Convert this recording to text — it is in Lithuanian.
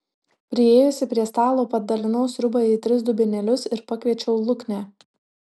priėjusi prie stalo padalinau sriubą į tris dubenėlius ir pakviečiau luknę